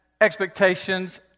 expectations